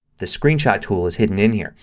the screenshot tool is hidden in here.